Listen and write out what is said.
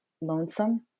Lonesome